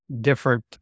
Different